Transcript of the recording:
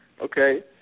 okay